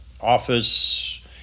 office